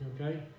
okay